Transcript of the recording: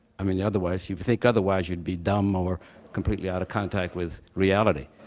i mean, yeah otherwise, you'd think otherwise you'd be dumb or completely out of contact with reality.